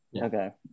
Okay